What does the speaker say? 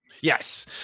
Yes